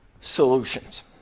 solutions